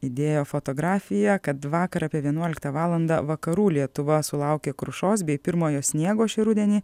įdėjo fotografiją kad vakar apie vienuoliktą valandą vakarų lietuva sulaukė krušos bei pirmojo sniego šį rudenį